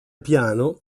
piano